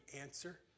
answer